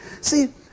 See